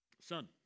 son